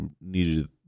needed